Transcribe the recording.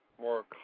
More